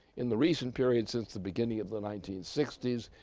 in the recent period since the beginning of the nineteen sixty s,